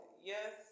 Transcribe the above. Yes